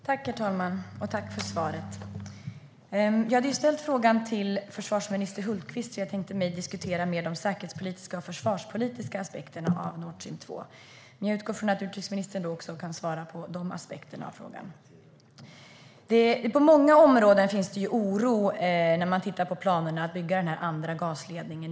Herr talman! Tack för svaret, utrikesministern! Jag hade ju ställt frågan till försvarsminister Hultqvist och hade tänkt att vi skulle diskutera de försvars och säkerhetspolitiska aspekterna när det gäller Nordstream 2. Jag utgår från att utrikesministern också kan diskutera de aspekterna av frågan. På många områden finns det oro rörande planerna att bygga den här andra gasledningen.